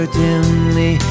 dimly